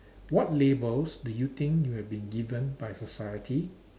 what labels do you think you have been given by society